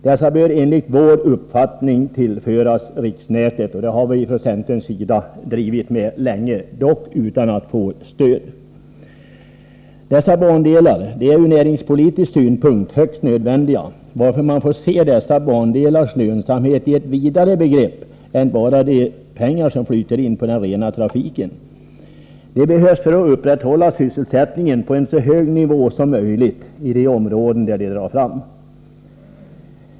Dessa bör enligt vår uppfattning tillföras riksnätet. Den meningen har vi från centern drivit länge, dock utan att få stöd. Dessa bandelar är ur näringspolitisk synpunkt högst nödvändiga, varför man får se deras lönsamhet i ett vidare begrepp än bara hur mycket pengar som flyter in på den rena trafiken. De behövs för att upprätthålla sysselsättningen på en så hög nivå som möjligt i de områden där de drar fram.